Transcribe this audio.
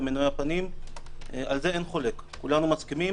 כולנו מסכימים.